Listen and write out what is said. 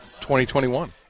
2021